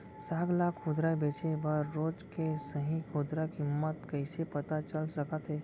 साग ला खुदरा बेचे बर रोज के सही खुदरा किम्मत कइसे पता चल सकत हे?